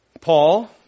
Paul